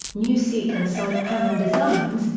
new seat and side panel designs,